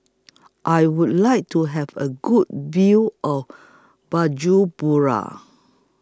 I Would like to Have A Good View of Bujumbura